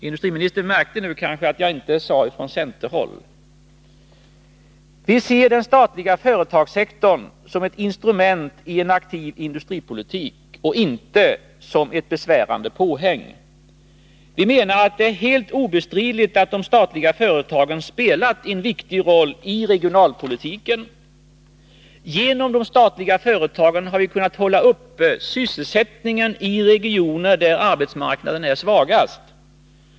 Industriministern märkte kanske att jag inte sade från centerhåll. Vi ser den statliga företagssektorn som ett instrument i en aktiv industripolitik — inte som ett besvärande påhäng. Vi menar att det är helt obestridligt att de statliga företagen spelat en viktig rolli regionalpolitiken. Genom de statliga företagen har vi kunnat hålla uppe sysselsättningen i de regioner där arbetsmarknaden är svagast.